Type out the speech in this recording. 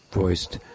voiced